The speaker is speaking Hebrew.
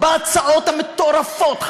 בהצעות המטורפות,